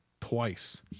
twice